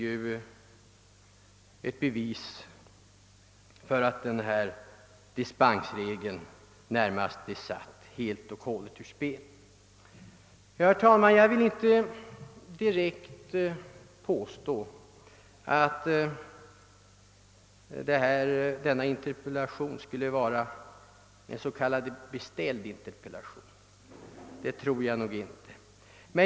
Det är ett bevis på att dispensregeln helt och hållet satts ur spel. Herr talman! Jag vill inte direkt påstå att denna interpellation är beställd — det tror jag inte.